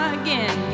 again